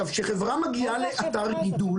כשחברה מגיעה לאתר גידול,